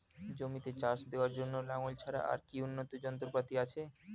জমিতে চাষ দেওয়ার জন্য লাঙ্গল ছাড়া আর কি উন্নত যন্ত্রপাতি আছে?